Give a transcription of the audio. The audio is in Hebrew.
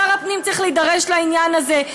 שר הפנים צריך להידרש לעניין הזה.